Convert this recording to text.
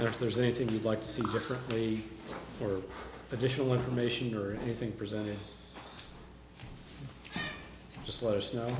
if there's anything you'd like to see differently or additional information or anything presented just let us know